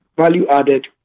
value-added